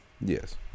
Yes